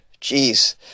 Jeez